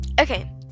Okay